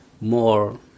more